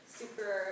super